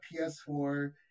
PS4